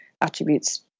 attributes